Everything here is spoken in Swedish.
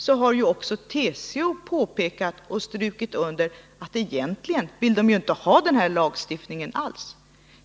Men samtidigt har TCO också påpekat och strukit under att man egentligen inte vill ha denna lagstiftning alls.